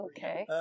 Okay